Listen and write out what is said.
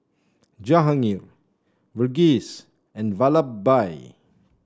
Jahangir Verghese and Vallabhbhai